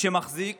שמחזיק